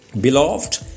Beloved